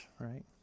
right